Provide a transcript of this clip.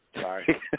Sorry